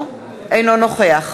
אינו נוכח